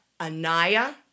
Anaya